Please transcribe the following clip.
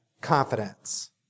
confidence